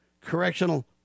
correctional